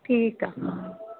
ठीकु आहे हा